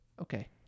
Okay